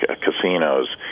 casinos